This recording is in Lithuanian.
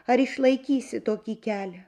ar išlaikysi tokį kelią